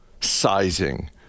sizing